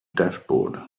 dashboard